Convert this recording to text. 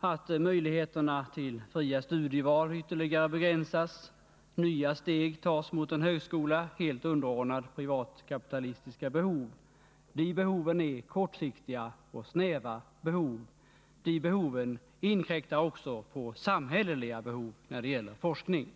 att möjligheterna till fria studieval ytterligare begränsas. 73 Nya steg tas mot en högskola helt underordnad privatkapitalistiska behov. De behoven är kortsiktiga och snäva. De inkräktar också på samhälleliga behov när det gäller forskning.